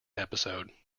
episode